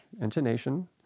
intonation